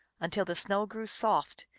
until the snow grew soft,